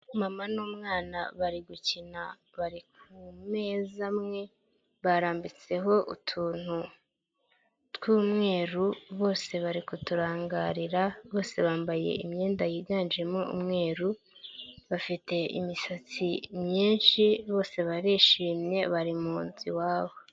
Mama n'umwana bari gukina, bari ku meza amwe barambitseho utuntu tw'umweru bose bari kuturangarira, bose bambaye imyenda yiganjemo umweru, bafite imisatsi myinshi bose barishimye bari mu nzu iwabo.